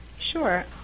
Sure